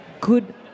good